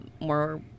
more